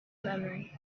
memory